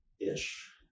Ish